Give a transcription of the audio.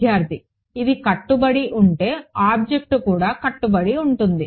విద్యార్థి ఇవి కట్టుబడి ఉంటే ఆబ్జెక్ట్ కూడా కట్టుబడి ఉంటుంది